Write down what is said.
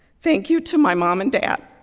thank you to my mom and dad.